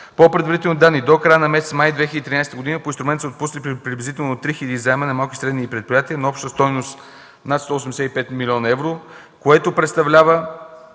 По предварителни данни до края на месец май 2013 г. по инструмента са отпуснати приблизително 3 хил. заема на малки и средни предприятия на обща стойност над 185 млн. евро, което представлява